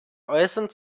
äußern